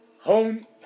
home